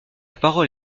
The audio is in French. parole